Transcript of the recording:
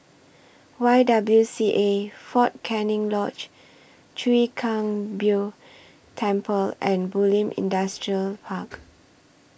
Y W C A Fort Canning Lodge Chwee Kang Beo Temple and Bulim Industrial Park